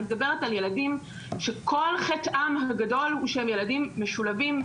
אני מדברת על ילדים שכל חטאם הגדול הוא שהם ילדים משולבים,